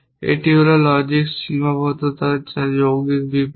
এটি হল লজিক সীমাবদ্ধতা হল যৌক্তিক বিবৃতি